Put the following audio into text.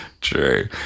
True